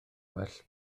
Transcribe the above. well